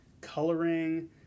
coloring